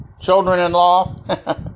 children-in-law